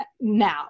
now